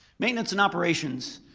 maintenance and operations,